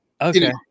Okay